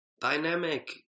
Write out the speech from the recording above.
dynamic